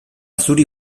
zuri